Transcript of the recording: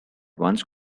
once